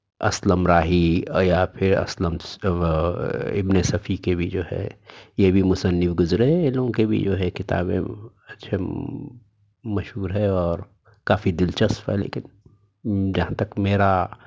اسلم راہی یا پھر اسلم ابن صفی کے بھی جو ہے یہ بھی مصنف گزرے ہیں یہ لوگوں کے جو ہے کتابیں اچھے مشہور ہیں اور کافی دلچسپ ہے لیکن جہاں تک میرا